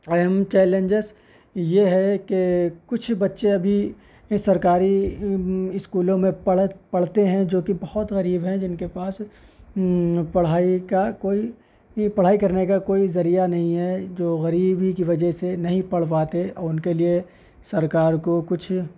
اہم چیلینجس یہ ہے کہ کچھ بچے ابھی سرکاری اسکولوں میں پڑھ پڑھتے ہیں جوکہ بہت غریب ہیں جن کے پاس پڑھائی کا کوئی یہ پڑھائی کرنے کا کوئی ذریعہ نہیں ہے جو غریبی کی وجہ سے نہیں پڑھ پاتے اور ان کے لیے سرکار کو کچھ